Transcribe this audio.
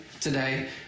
today